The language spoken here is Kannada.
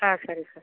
ಹಾಂ ಸರಿ ಸರ್